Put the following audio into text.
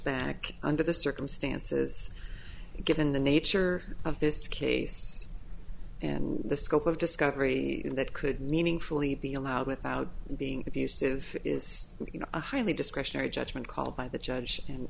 back under the circumstances given the nature of this case and the scope of discovery that could meaningfully be allowed without being abusive is a highly discretionary judgment call by the judge